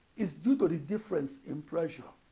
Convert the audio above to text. is due to the difference in pressure.